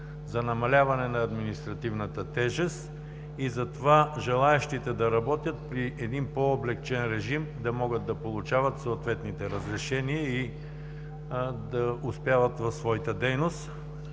за намаляване на административната тежест и желаещите да работят при един по-облекчен режим, да могат да получават съответните разрешения и да успяват в своята дейност.